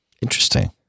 interesting